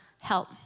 help